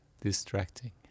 distracting